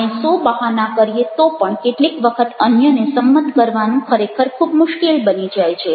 આપણે ૧૦૦ બહાના કરીએ તો પણ કેટલીક વખત અન્યને સંમત કરવાનું ખરેખર ખૂબ મુશ્કેલ બની જાય છે